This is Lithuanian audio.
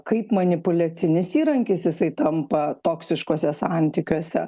kaip manipuliacinis įrankis jisai tampa toksiškuose santykiuose